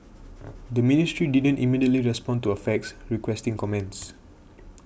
the ministry didn't immediately respond to a fax requesting comments